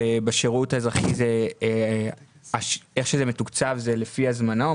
בשירות האזרחי זה מתוקצב לפי הזמנה,